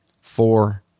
Four